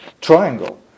triangle